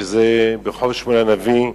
ברחוב שמואל הנביא,